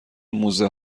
موزه